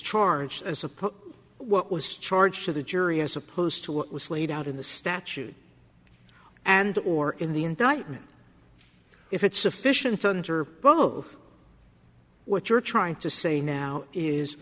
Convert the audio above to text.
charged as supposed what was charged to the jury as opposed to what was laid out in the statute and or in the indictment if it's sufficient under both what you're trying to say now is